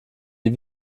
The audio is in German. die